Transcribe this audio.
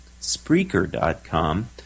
Spreaker.com